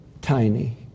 Tiny